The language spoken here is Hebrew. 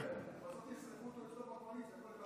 בסוף יסלקו אותו מהקואליציה,